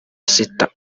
sita